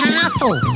Castle